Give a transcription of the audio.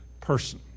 person